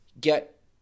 get